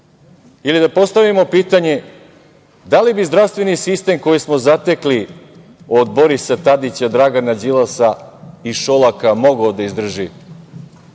krizi. Da postavimo pitanje, da li bi zdravstveni sistem koji smo zatekli od Borisa Tadića, Dragana Đilasa i Šolaka mogao da izdrži